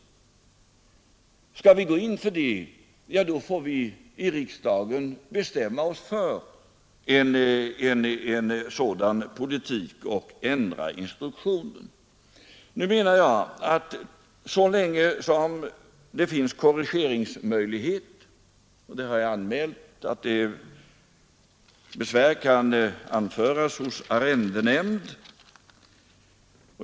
Anser vi att så skall ske får vi i riksdagen bestämma oss för en sådan politik och ändra instruktionen. Det finns korrigeringsmöjligheter — jag har redan påpekat att besvär kan anföras hos arrendenämnd.